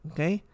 Okay